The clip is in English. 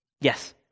yes